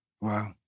Wow